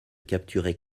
capturer